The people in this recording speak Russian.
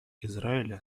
израиля